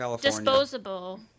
disposable